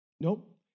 Nope